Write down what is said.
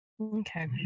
Okay